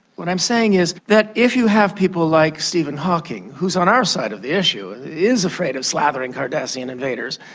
what i'm saying is that if you have people like stephen hawking, who is on our side of the issue, is afraid of slathering cardassian and invaders,